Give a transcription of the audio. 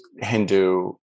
Hindu